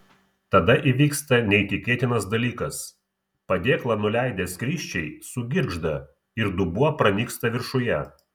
tada įvyksta neįtikėtinas dalykas padėklą nuleidę skrysčiai sugirgžda ir dubuo pranyksta viršuje